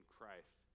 Christ